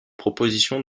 propositions